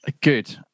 Good